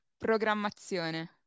Programmazione